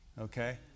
Okay